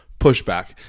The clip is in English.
Pushback